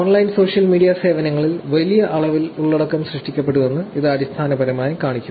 online social media സേവനങ്ങളിൽ വലിയ അളവിൽ ഉള്ളടക്കം സൃഷ്ടിക്കപ്പെടുന്നുവെന്ന് ഇത് അടിസ്ഥാനപരമായി കാണിക്കുന്നു